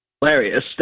Hilarious